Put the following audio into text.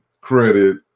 credit